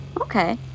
okay